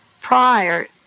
prior